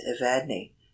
evadne